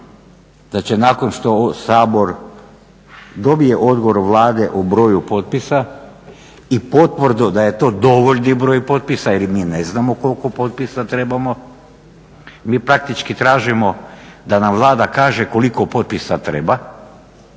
da će nakon što Sabor dobije odgovor Vlade o broju potpisa i potvrdu da je to dovoljni broj potpisa jer mi ne znamo koliko potpisa trebamo, mi praktički tražimo da nam Vlada kaže koliko potpisa treba.